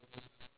ya